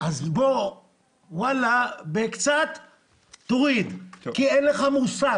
- תוריד קצת כי אין לך מושג.